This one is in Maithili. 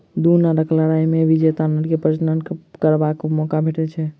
दू नरक लड़ाइ मे विजेता नर के प्रजनन करबाक मौका भेटैत छै